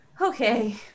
Okay